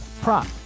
prop